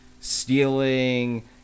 stealing